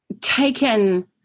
taken